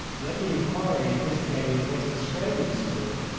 and at the inquiry investigating the west australian spill,